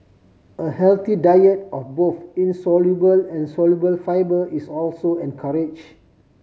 a healthy diet of both insoluble and soluble fibre is also encourage